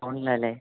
ഫോണിൽ ആണല്ലെ